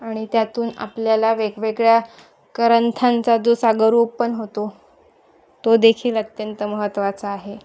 आणि त्यातून आपल्याला वेगवेगळ्या ग्रंथांचा जो सागर ओपन होतो तो देखील अत्यंत महत्त्वाचा आहे